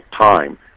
time